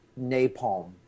napalm